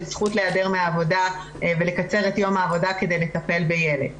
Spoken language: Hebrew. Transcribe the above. זכות להיעדר מהעבודה ולקצר את יום העבודה כדי לטפל בילד.